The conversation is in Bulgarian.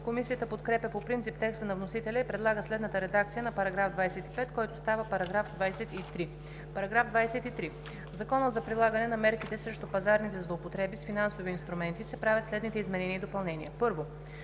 Комисията подкрепя по принцип текста на вносителя и предлага следната редакция на § 25, който става § 23: „§ 23. В Закона за прилагане на мерките срещу пазарните злоупотреби с финансови инструменти (обн., ДВ, бр…) се правят следните изменения и допълнения: 1.В